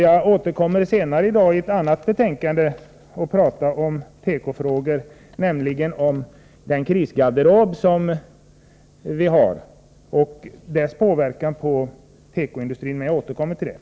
Jag kommer senare i dag i anslutning till ett annat betänkande att tala om tekofrågor, nämligen i fråga om den krisgarderob som vi har och dess påverkan på tekoindustrin. Jag återkommer till det.